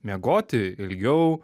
miegoti ilgiau